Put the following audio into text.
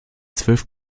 zwölf